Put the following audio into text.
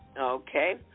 Okay